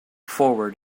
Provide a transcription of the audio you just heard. forward